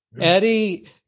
Eddie